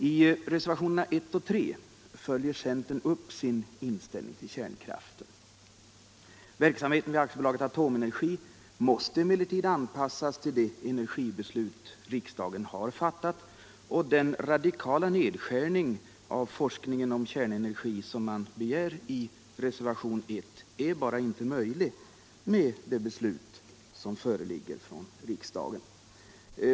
I reservationerna 1 och 3 följer centern upp sin inställning till kärnkraften: Verksamheten vid AB Atomenergi måste emellertid anpassas till de energibeslut riksdagen har fattat, och den radikala nedskärning av forskning om kärnenergi som man begär i reservationen 1 är inte möjlig med det beslut som föreligger från riksdagen.